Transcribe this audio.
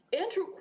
Andrew